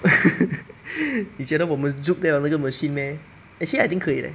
你觉得我们 juke 得了那个 machine meh actually I think 可以 leh